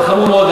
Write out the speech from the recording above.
זה חמור מאוד.